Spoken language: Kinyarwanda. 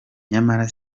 nyamara